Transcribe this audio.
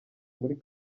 muri